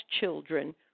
children